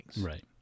Right